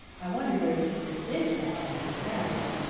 i wonder where he keeps his dish-towels, if he has any.